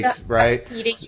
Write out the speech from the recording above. right